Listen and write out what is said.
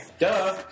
duh